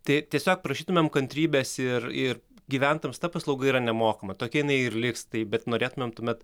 tai tiesiog prašytumėm kantrybės ir ir gyventojams ta paslauga yra nemokama tokia jinai ir liks taip bet norėtumėm tuomet